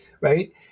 right